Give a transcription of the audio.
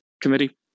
committee